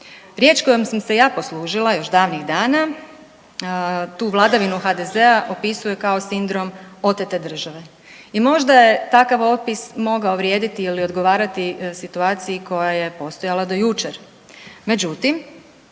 Riječ kojom sam se ja poslužila još davnih dana tu vladavinu HDZ-a opisuje kao sindrom otete države i možda je takav opis mogao vrijediti ili odgovarati situaciji koja je postojala do jučer, međutim